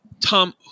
Tom